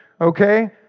okay